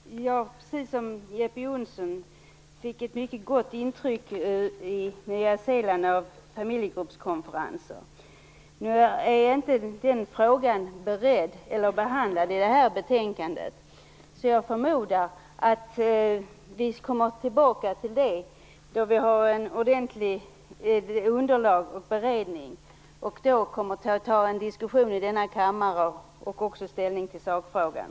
Herr talman! Precis som Jeppe Johnsson fick jag ett mycket gott intryck av familjegruppskonferenser på Nya Zeeland. Nu är inte denna fråga beredd eller behandlad i detta betänkande. Jag förmodar därför att vi kommer tillbaka till den när vi har ett ordentligt underlag och när vi har haft en ordentlig beredning. Vi kommer då att ha en diskussion i kammaren om detta och ta ställning i sakfrågan.